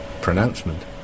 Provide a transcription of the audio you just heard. pronouncement